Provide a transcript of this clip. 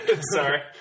sorry